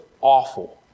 awful